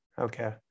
Okay